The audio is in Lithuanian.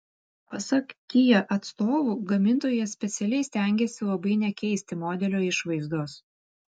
pasak kia atstovų gamintojas specialiai stengėsi labai nekeisti modelio išvaizdos